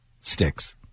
sticks